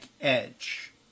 Edge